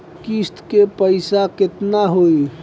किस्त के पईसा केतना होई?